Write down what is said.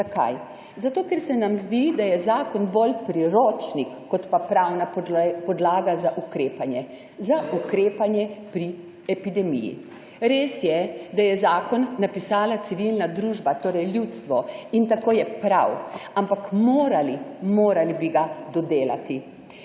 Zakaj? Zato ker se nam zdi, da je zakon bolj priročnik, kot pa pravna podlaga za ukrepanje, za ukrepanje pri epidemiji. Res je, da je zakon napisala civilna družba, torej ljudstvo, in tako je prav, ampak morali, morali bi ga dodelati.